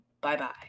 Bye-bye